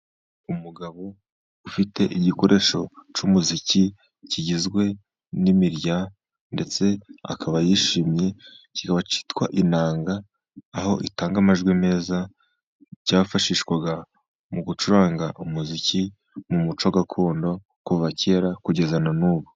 Umugabo ufite igikoresho cy'umuziki kigizwe n'imirya, ndetse akaba yishimye kikaba cyitwa inanga, aho itanga amajwi meza. Cyifashishwaga mu gucuranga umuziki mu muco gakondo kuva kera, kugeza na n'ubu.